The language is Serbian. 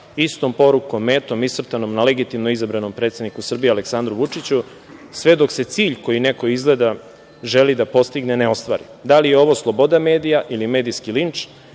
istom porukom, metom, iscrtanom na legitimno izabranom predsedniku Srbije, Aleksandru Vučiću, sve dok se cilj koji neko izgleda želi da postigne ne ostvari? Da li je ovo sloboda medija ili medijski linč?